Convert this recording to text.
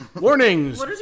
warnings